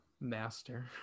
master